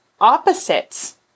opposites